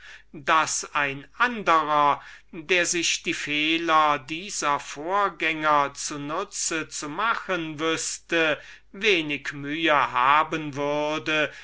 daß ein anderer der sich die fehler dieser vorgänger zu nutzen zu machen wißte wenig mühe haben würde